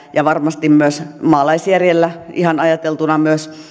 ja varmasti ihan maalaisjärjellä ajateltuna myös